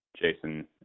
Jason